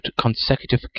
consecutive